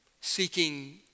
seeking